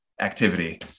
activity